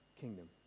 kingdom